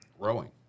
growing